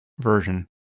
version